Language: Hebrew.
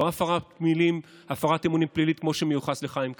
לא הפרת אמונים פלילית כמו שמיוחס לחיים כץ,